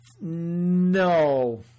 No